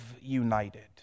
united